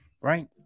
right